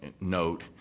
note